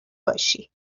باشی